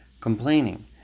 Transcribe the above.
complaining